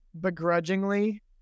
begrudgingly